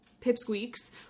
pipsqueaks